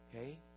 okay